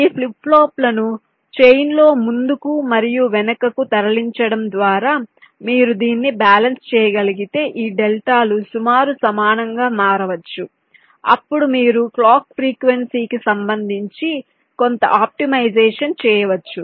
ఈ ఫ్లిప్ ఫ్లాప్లను చైన్ లో ముందుకు మరియు వెనుకకు తరలించడం ద్వారా మీరు దీన్ని బ్యాలన్స్ చేయగలిగితే ఈ డెల్టాలు సుమారు సమానంగా మారవచ్చు అప్పుడు మీరు క్లాక్ ఫ్రీక్వెన్సీకి సంబంధించి కొంత ఆప్టిమైజేషన్ చేయవచ్చు